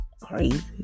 crazy